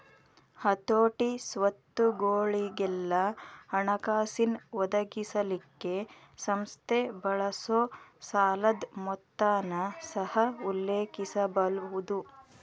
ಹತೋಟಿ, ಸ್ವತ್ತುಗೊಳಿಗೆಲ್ಲಾ ಹಣಕಾಸಿನ್ ಒದಗಿಸಲಿಕ್ಕೆ ಸಂಸ್ಥೆ ಬಳಸೊ ಸಾಲದ್ ಮೊತ್ತನ ಸಹ ಉಲ್ಲೇಖಿಸಬಹುದು